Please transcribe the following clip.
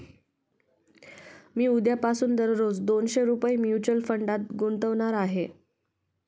मी उद्यापासून दररोज दोनशे रुपये म्युच्युअल फंडात गुंतवणार आहे